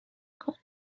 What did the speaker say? کنه